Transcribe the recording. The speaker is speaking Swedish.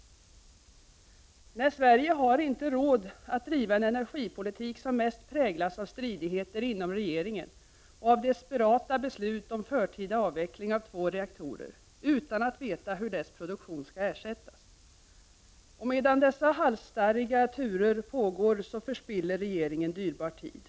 Nej, Sverige har inte råd att driva en energipolitik som mest präglas av stridigheter inom regeringen och av desperata beslut om förtida avveckling av två reaktorer utan att man vet hur deras produktion skall ersättas. Och medan dessa halsstarriga turer pågår förspiller regeringen dyrbar tid.